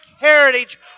heritage